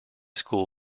school